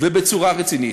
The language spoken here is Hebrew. ובצורה רצינית.